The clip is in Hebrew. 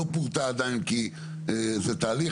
ולא פורטה עדיין כי זה תהליך.